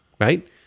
right